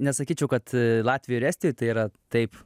nesakyčiau kad latvijoj ir estijoj tai yra taip